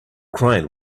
crane